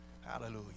Hallelujah